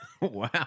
Wow